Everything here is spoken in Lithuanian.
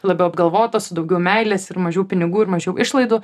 labiau apgalvotos su daugiau meilės ir mažiau pinigų ir mažiau išlaidų